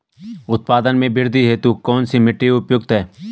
उत्पादन में वृद्धि हेतु कौन सी मिट्टी उपयुक्त है?